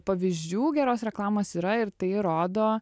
pavyzdžių geros reklamos yra ir tai įrodo